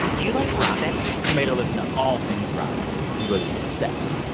do you like robyn? he made her listen to all things robyn. he was obsessed.